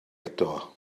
eto